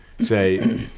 say